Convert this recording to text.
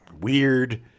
weird